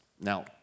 Now